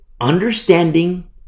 understanding